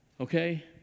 okay